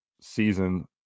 season